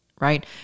right